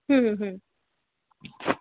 হুম হুম হুম